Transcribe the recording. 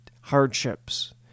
hardships